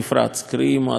מועצה תעשייתית.